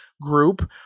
group